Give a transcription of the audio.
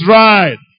right